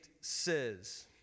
says